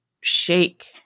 shake